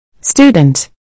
Student